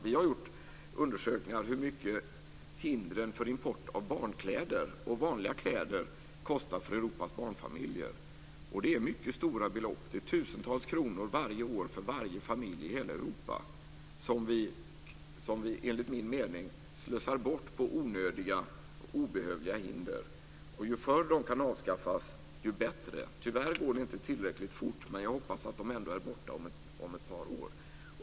Vi har gjort undersökningar av hur mycket hindren för import av barnkläder och vanliga kläder kostar för Europas barnfamiljer. Det är mycket stora belopp. Det är tusentals kronor varje år för varje familj i hela Europa som vi, enligt min mening, slösar bort på onödiga och obehövliga hinder. Ju förr de kan avskaffas, desto bättre. Tyvärr går det inte tillräckligt fort, men jag hoppas att de ändå är borta om ett par år.